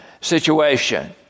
situation